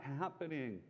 happening